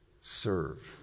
serve